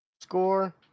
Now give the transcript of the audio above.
score